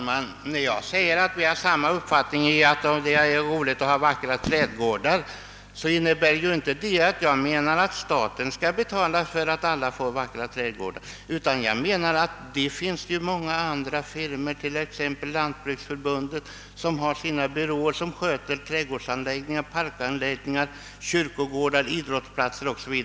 Herr talman! När jag säger att vi har samma uppfattning om att det är roligt att ha vackra trädgårdar, så innebär det inte att jag menar att staten skall betala för att alla skall få vackra trädgårdar. Jag menar i stället att det finns många organ — t.ex. LBF genom sina byråer — som sköter trädgårdsanläggningar, parkanläggning, kyrkogårdar, idrottsplatser o. s. v.